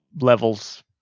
levels